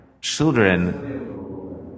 children